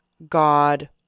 God